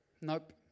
Nope